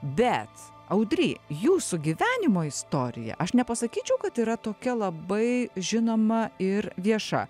bet audry jūsų gyvenimo istorija aš nepasakyčiau kad yra tokia labai žinoma ir vieša